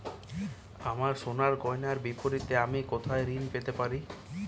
আমার সোনার গয়নার বিপরীতে আমি কোথায় ঋণ পেতে পারি?